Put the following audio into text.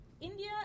India